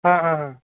हां हां हां